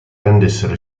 rendessero